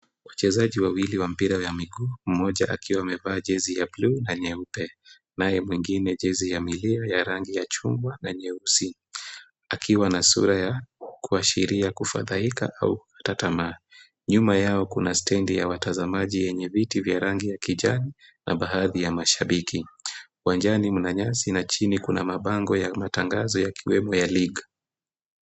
Wachezaji wawili wa mpira ya miguu , mmoja akiwa amevaa jezi ya bluu na nyeupe , naye mwingine jezi ya milio ya rangi ya chuma na nyeusi, akiwa na sura ya kuashiria kufadhaika au kukata tamaa Nyuma yao kuna stendi ya watazamaji yenye viti vya rangi ya kijani na baadhi ya mashabiki .Uwanjani mna nyasi na chini Kuna mabango ya matangazo yakiwemo ya league .